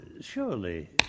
Surely